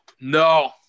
No